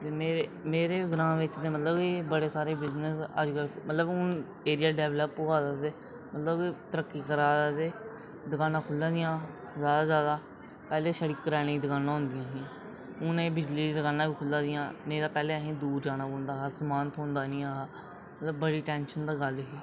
ते मेरे ग्रांऽ बिच कि बड़े सारे बिज़नेस मतलब कि हून एरिया डैवलप होआ दा ते मतलब कि तरक्की करै दा ते दकानां खुह्ल्लै दियां जैदा कोला जैदा पैह्लें छड़ियां करेआना दियां दकानां होंदियां हियां हून एह् बिजली दियां दकानां बी खुह्ल्लै दियां नेईं तां असें गी दूर जाना पौंदा हा समान थ्होंदा निं हा ते बड़ी टेंशन दी गल्ल ही